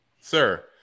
sir